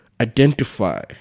identify